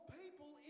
people